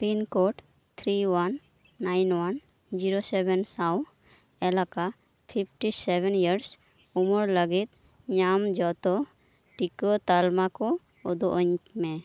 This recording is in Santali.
pin code three one nine one zero seven ᱥᱟᱶ ᱮᱞᱟᱠᱟ ᱯᱷᱤᱯᱴᱤ ᱥᱮᱵᱷᱮᱱ ᱤᱭᱟᱨᱥ ᱩᱢᱮᱨ ᱞᱟᱹᱜᱤᱫ ᱧᱟᱢᱚᱜ ᱡᱷᱚᱛᱚ ᱴᱤᱠᱟᱹ ᱛᱟᱞᱢᱟ ᱠᱚ ᱩᱫᱩᱜ ᱟᱹᱧᱢᱮ